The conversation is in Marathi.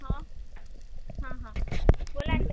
हां हां हां बोला